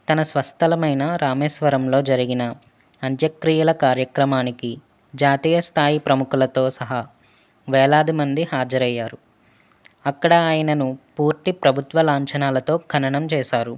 తన స్వస్థలమైన రామేశ్వరంలో జరిగిన అంత్యక్రియల కార్యక్రమానికి జాతీయ స్థాయి ప్రముఖులతో సహా వేలాది మంది హాజరయ్యారు అక్కడ ఆయనను పూర్తి ప్రభుత్వ లాంఛనాలతో ఖననం చేశారు